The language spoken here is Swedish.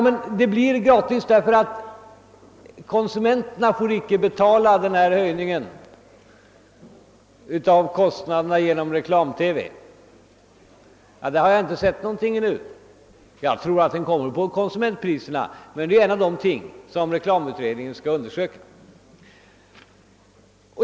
Men man säger att konsumenterna ändå inte behöver betala den höjning av varukostnaderna som reklam-TV förorsakar. Det har vi inte sett ännu. Jag tror att den kostnadshöjningen kommer att synas på konsumentpriserna, men det är ett av de ting som reklamutredningen skall undersöka.